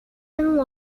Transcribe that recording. and